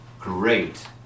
great